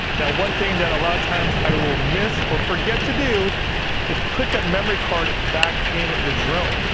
now, one thing that a lotta times i will miss or forget to do is put that memory card back in the drone.